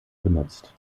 benutzt